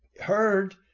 heard